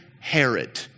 Herod